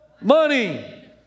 money